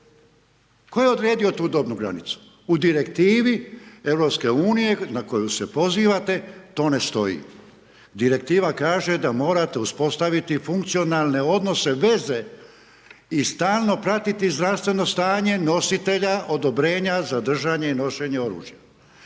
Tko je odredio tu dobnu granicu? U direktivi Europske unije na koju se pozivate to ne stoji. Direktiva kaže, da morate uspostaviti funkcionalne odnose veze i stalno pratiti zdravstveno stanje nositelja odobrenja za držanje i nošenje oružja.